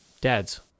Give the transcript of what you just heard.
dads